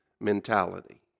mentality